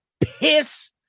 piss